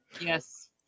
Yes